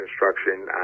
Construction